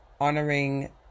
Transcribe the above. honoring